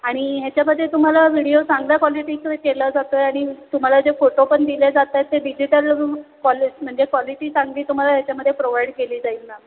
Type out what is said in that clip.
आणि ह्याच्यामध्ये तुम्हाला व्हिडिओ चांगल्या क्वालिटीचं केला जातो आहे आणि तुम्हाला जे फोटो पण दिल्या जातात ते डिजिटल क्वालि म्हणजे क्वालिटी चांगली तुम्हाला ह्याच्यामध्ये प्रोव्हाइड केली जाईल मॅम